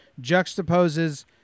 juxtaposes